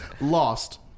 lost